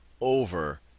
over